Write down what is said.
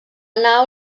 nau